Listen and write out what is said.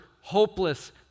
hopeless